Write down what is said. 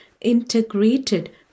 integrated